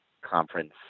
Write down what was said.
conference